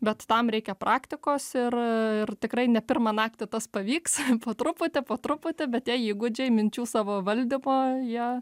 bet tam reikia praktikos ir ir tikrai ne pirmą naktį tas pavyks po truputį po truputį bet tie įgūdžiai minčių savo valdymo jie